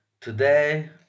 Today